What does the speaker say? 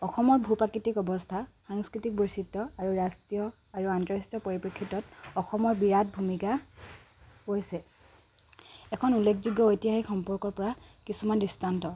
অসমৰ ভূ প্ৰাকৃতিক অৱস্থা সাংস্কৃতিক বৈচিত্ৰ আৰু ৰাষ্ট্ৰীয় আৰু আন্তঃৰাষ্ট্ৰীয় পৰিপ্ৰেক্ষিতত অসমৰ বিৰাট ভূমিকা হৈছে এখন উল্লেখযোগ্য ঐতিহাসিক সম্পৰ্কৰ পৰা কিছুমান দৃষ্টান্ত